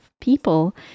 people